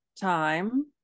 time